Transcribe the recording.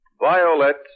Violet